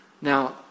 Now